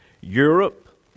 Europe